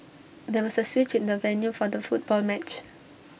there was A switch in the venue for the football match